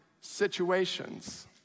situations